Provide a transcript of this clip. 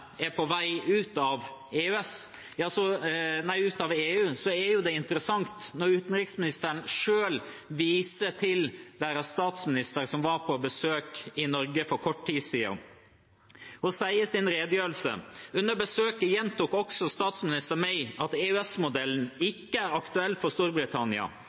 er på vei ut av EU, er det interessant når utenriksministeren selv viser til deres statsminister som var på besøk i Norge for kort tid siden, og sier i sin redegjørelse: «Under besøket gjentok også statsminister May at EØS-modellen ikke er aktuell for Storbritannia.